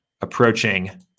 approaching